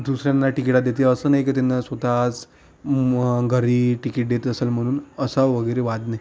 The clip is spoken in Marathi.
दुसऱ्यांना तिकिटा देते असं नाही की त्यांना स्वतःच घरी तिकीट देत असेल म्हणून असा वगैरे वाद नाही